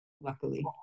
Luckily